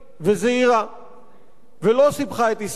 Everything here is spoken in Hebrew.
ולא סיבכה את ישראל במלחמת עירק.